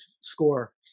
score